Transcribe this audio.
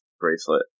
bracelet